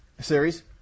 series